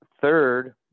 third